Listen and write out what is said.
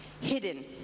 hidden